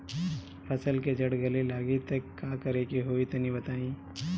फसल के जड़ गले लागि त का करेके होई तनि बताई?